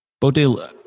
Bodil